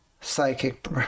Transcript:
Psychic